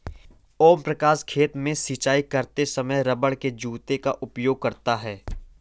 ओम प्रकाश खेत में सिंचाई करते समय रबड़ के जूते का उपयोग करता है